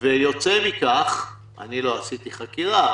אני לא עשיתי חקירה,